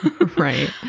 right